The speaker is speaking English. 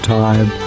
time